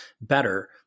better